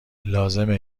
لازمه